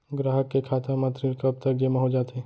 ग्राहक के खाता म ऋण कब तक जेमा हो जाथे?